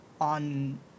on